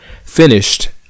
Finished